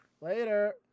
Later